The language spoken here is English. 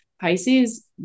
Pisces